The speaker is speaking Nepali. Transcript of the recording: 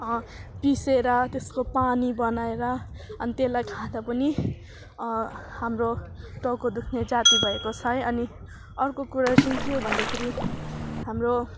पिसेर त्यसको पानी बनाएर अनि त्यसलाई खाँदा पनि हाम्रो टाउको दुख्ने जाती भएको छ है अनि अर्को कुरा चाहिँ के हो भन्दाखेरि हाम्रो